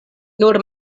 nur